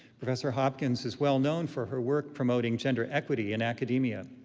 professor hopkins is well known for her work promoting gender equity in academia.